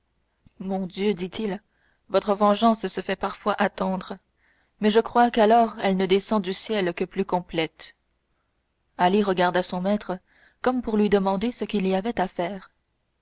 mon dieu dit-il votre vengeance se fait parfois attendre mais je crois qu'alors elle ne descend du ciel que plus complète ali regarda son maître comme pour lui demander ce qu'il y avait à faire